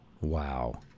Wow